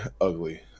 ugly